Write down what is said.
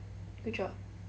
good job